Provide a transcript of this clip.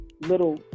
little